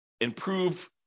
improve